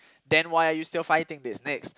then why are you still fighting this next